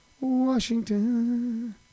Washington